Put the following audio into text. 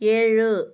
ஏழு